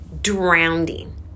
drowning